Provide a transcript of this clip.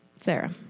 Sarah